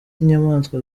n’inyamaswa